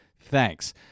Thanks